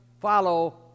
follow